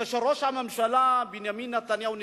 כשראש הממשלה בנימין נתניהו נבחר,